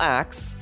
acts